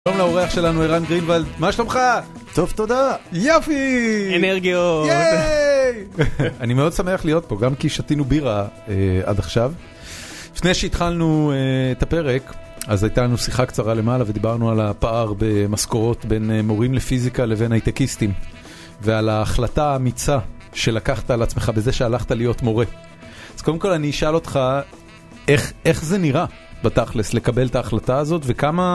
שלום לאורח שלנו, ערן גרינולד, מה שלומך? טוב, תודה. יופי! אנרגיות! אני מאוד שמח להיות פה, גם כי שתינו בירה עד עכשיו. לפני שהתחלנו את הפרק אז הייתה לנו שיחה קצרה למעלה ודיברנו על הפער במשכורות בין מורים לפיזיקה לבין הייטקיסטים, ועל ההחלטה האמיצה שלקחת על עצמך בזה שהלכת להיות מורה, אז קודם כל אני אשאל אותך, איך זה נראה בתכלס לקבל את ההחלטה הזאת וכמה